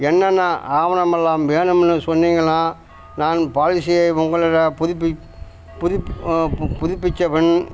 என்னென்ன ஆவணமெல்லாம் வேணும்னு சொன்னீங்கன்னால் நான் பாலிசியை உங்களிம் புதுப்பிப் புதுப் பு புதுப்பித்தவன்